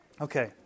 Okay